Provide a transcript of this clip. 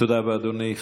תודה רבה, אדוני.